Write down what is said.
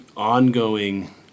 ongoing